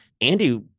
Andy